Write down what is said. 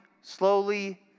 slowly